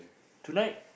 tonight